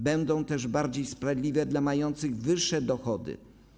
Będą też bardziej sprawiedliwe dla mających wyższe dochody.